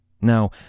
Now